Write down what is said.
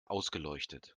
ausgeleuchtet